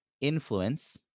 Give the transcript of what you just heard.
influence